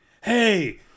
hey